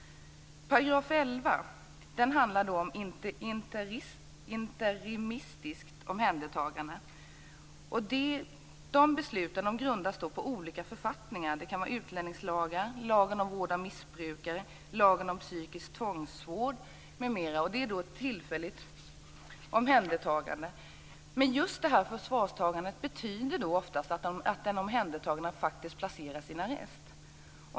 § 11 handlar om interimistiskt omhändertagande. Dessa beslut grundas på olika författningar. Det kan vara utlänningslagen, lagen om vård av missbrukare, lagen om psykisk tvångsvård m.m. Det gäller ett tillfälligt omhändertagande. Detta förvarstagande innebär oftast att den omhändertagna placeras i en arrest.